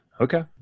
Okay